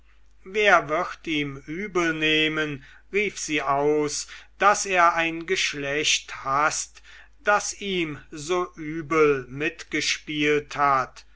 wer wird ihm übelnehmen rief sie aus daß er ein geschlecht haßt das ihm so übel mitgespielt hat